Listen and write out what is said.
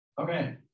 Okay